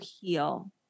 heal